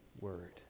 word